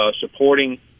supporting